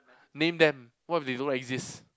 name them what if they don't exist